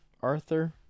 Arthur